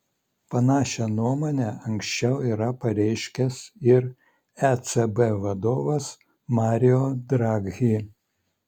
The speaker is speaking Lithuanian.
panašią nuomonę anksčiau yra pareiškęs ir ecb vadovas mario draghi